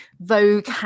vogue